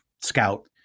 scout